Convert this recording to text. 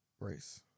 race